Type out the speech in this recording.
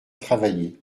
travailler